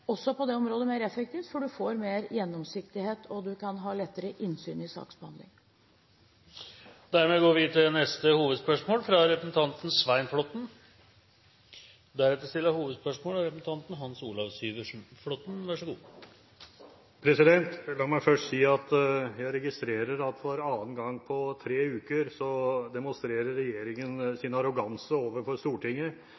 området, for man får mer gjennomsiktighet og kan ha lettere innsyn i saksbehandlingen. Vi går til neste hovedspørsmål. La meg først si at jeg registrerer at for annen gang på tre uker demonstrerer regjeringen sin arroganse overfor Stortinget ved å arrangere en pressekonferanse om en stor sak samtidig som vi avvikler spontanspørretimen. Jeg ber om at presidenten tar dette opp med regjeringen. Så